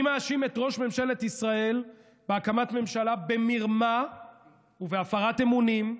אני מאשים את ראש ממשלת ישראל בהקמת ממשלה במרמה ובהפרת אמונים,